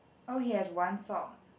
oh he has one sock